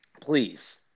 Please